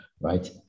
right